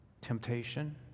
Temptation